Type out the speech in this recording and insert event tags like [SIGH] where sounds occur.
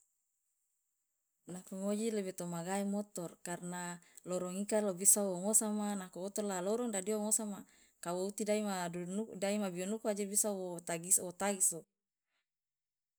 Nako ngoji lebe to magae motor karna lorong ika lo bisa wo ngosama nako oto la lorong idadi uwa wo ngosama kawo uti dai ma dudunuku [HESITATION] ma bionuku aje bisa wo tagisa wo tagiso.